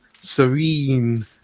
serene